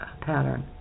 pattern